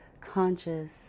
conscious